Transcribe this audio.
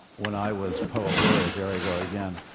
when i was poet laureate, there i go again